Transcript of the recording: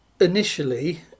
initially